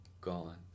gone